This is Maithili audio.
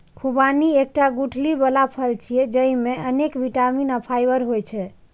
खुबानी एकटा गुठली बला फल छियै, जेइमे अनेक बिटामिन आ फाइबर होइ छै